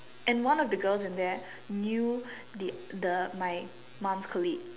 and one of the girls in there knew the the my mom's colleague